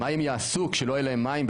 מה הם יעשו כשלא יהיה להם מים,